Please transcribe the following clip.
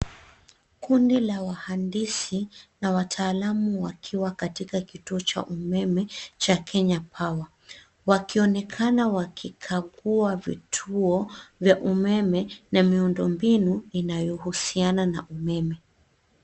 Kundi la wahandisi na wataalamu wakiwa katika kituo cha umeme cha Kenya Power wakionekana wakikagua vituo vya umeme na miundombinu inayohusiana na umeme.